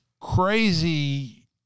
crazy